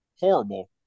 horrible